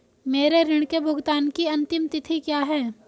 मेरे ऋण के भुगतान की अंतिम तिथि क्या है?